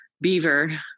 beaver